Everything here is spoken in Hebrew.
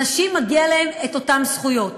אנשים, מגיע להם את אותן זכויות.